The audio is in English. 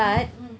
mm mm